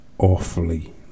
awfully